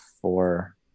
four